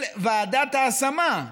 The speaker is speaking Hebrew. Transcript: של ועדת ההשמה.